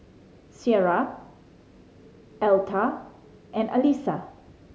Cierra Aletha and Alisa